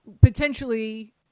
potentially